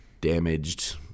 damaged